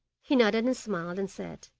he nodded and smiled, and said